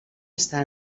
està